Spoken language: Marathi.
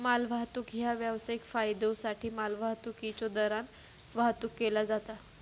मालवाहतूक ह्या व्यावसायिक फायद्योसाठी मालवाहतुकीच्यो दरान वाहतुक केला जाता